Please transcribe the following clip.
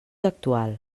actual